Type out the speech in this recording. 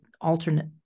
alternate